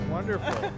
Wonderful